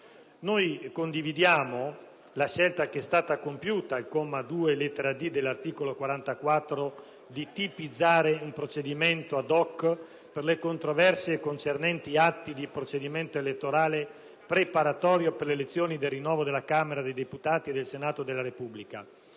Noi condividiamo la scelta che è stata compiuta al comma 2, lettera *d*) dell'articolo 44, di tipizzare un procedimento *ad hoc* per le controversie concernenti atti di procedimenti elettorali preparatori per le elezioni del rinnovo della Camera dei deputati e del Senato della Repubblica.